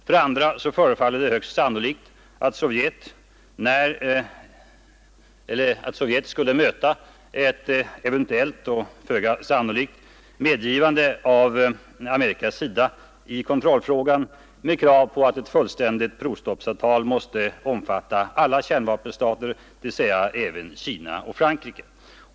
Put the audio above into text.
För det andra förefaller det sannolikt att Sovjet skulle möta ett eventuellt amerikanskt medgivande i kontrollfrågan med krav på att ett fullständigt provstoppsavtal måste omfatta alla kärnvapenstater, dvs. även Kina och Frankrike.